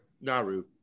Naru